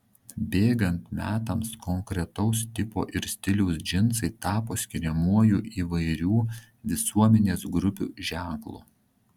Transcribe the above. bėgant metams konkretaus tipo ir stiliaus džinsai tapo skiriamuoju įvairių visuomenės grupių ženklu